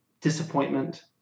disappointment